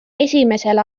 esimesel